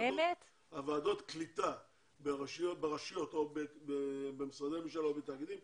ועדות הקליטה ברשויות או במשרדי הממשלה או בתאגידים,